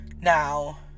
Now